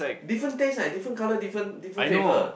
different taste leh different colour different different flavour